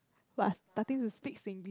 !wah! starting to speak Singlish